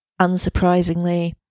Unsurprisingly